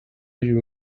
you